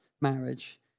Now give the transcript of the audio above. marriage